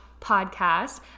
podcast